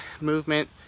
movement